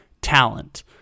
talent